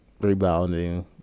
rebounding